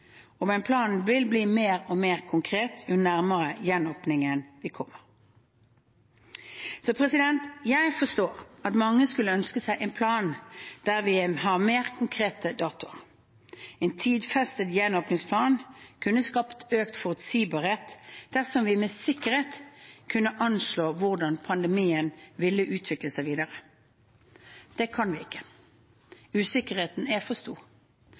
vil bli mer og mer konkret jo nærmere gjenåpningen vi kommer. Jeg forstår at mange kunne ønske en plan der vi har mer konkrete datoer. En tidfestet gjenåpningsplan kunne skapt økt forutsigbarhet dersom vi med sikkerhet kunne anslå hvordan pandemien vil utvikle seg videre. Det kan vi ikke. Usikkerheten er for